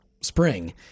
spring